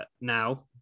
now